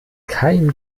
kein